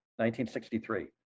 1963